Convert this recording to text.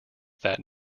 that